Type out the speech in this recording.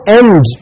end